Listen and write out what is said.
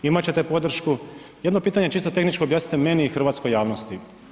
Imat ćete podršku, jedno pitanje čisto tehničko objasnite meni i hrvatskoj javnosti.